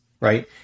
right